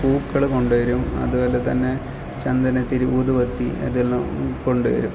പൂക്കൾ കൊണ്ട് വരും അതുപോലെതന്നെ ചന്ദനത്തിരി ഊത് പത്തി അതെല്ലാം കൊണ്ട് വരും